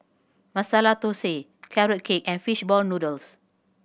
Masala Thosai Carrot Cake and fishball noodles